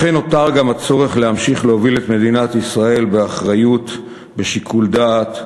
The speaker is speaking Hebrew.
לכן נותר גם הצורך להמשיך להוביל את מדינת ישראל באחריות ובשיקול דעת,